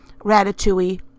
ratatouille